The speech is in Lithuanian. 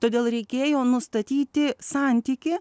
todėl reikėjo nustatyti santykį